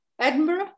Edinburgh